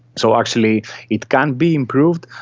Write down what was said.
so actually it can be improved,